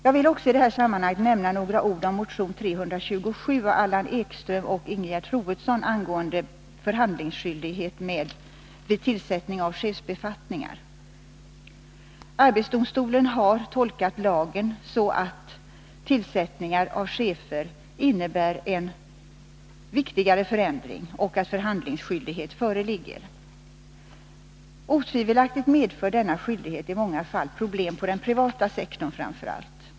Jag vill i det här sammanhanget också nämna några ord om motion 327 av Allan Ekström och Ingegerd Troedsson angående förhandlingsskyldighet vid tillsättning av chefsbefattningar. Arbetsdomstolen har tolkat lagen så, att tillsättningar av chefer innebär en viktigare förändring och att förhandlingsskyldighet föreligger. Otvivelaktigt medför denna skyldighet i många fall problem, framför allt på den privata sektorn.